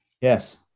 Yes